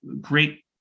great